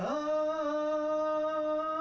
oh